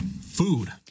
food